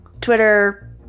Twitter